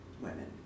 women